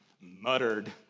Muttered